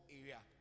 area